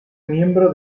miembro